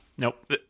Nope